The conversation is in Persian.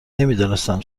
نمیدانستم